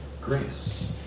grace